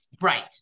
Right